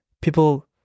people